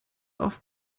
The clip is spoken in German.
auf